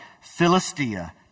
Philistia